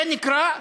זה נקרא: